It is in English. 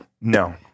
No